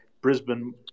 Brisbane